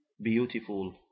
beautiful